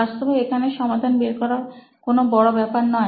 বাস্তবে এখানে সমাধান বের করা কোন বড় ব্যাপার নয়